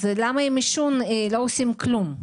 למה עם עישון לא עושים כלום?